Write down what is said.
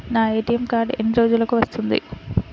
నా ATM card ఎన్ని రోజులకు వస్తుంది?